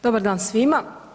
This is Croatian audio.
Dobar dan svima.